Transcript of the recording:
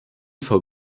vor